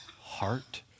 heart